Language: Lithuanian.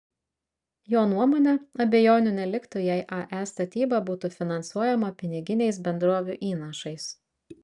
jo nuomone abejonių neliktų jei ae statyba būtų finansuojama piniginiais bendrovių įnašais